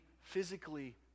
physically